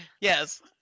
Yes